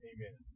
Amen